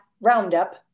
roundup